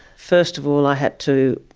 first of all i had to